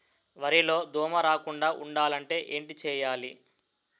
వరిలో దోమ రాకుండ ఉండాలంటే ఏంటి చేయాలి?